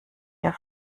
der